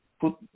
put